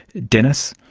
dennis?